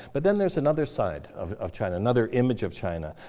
but then there's another side of of china, another image of china,